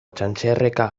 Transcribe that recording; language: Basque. txantxerreka